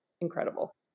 incredible